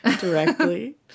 directly